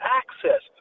access